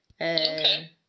Okay